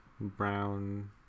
brown